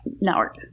network